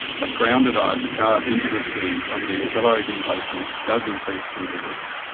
but grounded ice calved into the sea from the accelerating glaciers does increase sea levels.